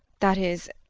that is,